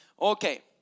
okay